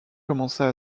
commença